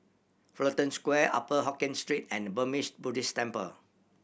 Fullerton Square Upper Hokkien Street and Burmese Buddhist Temple